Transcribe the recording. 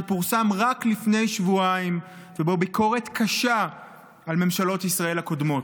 שפורסם רק לפני שבועיים ובו ביקורת קשה על ממשלות ישראל הקודמות,